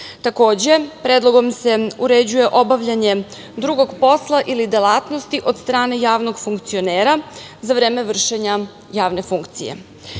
Takođe, predlogom se uređuje obavljanje drugog posla ili delatnosti od strane javnog funkcionera za vreme vršenja javne funkcije.